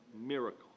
miracle